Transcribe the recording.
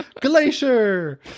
Glacier